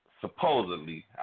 Supposedly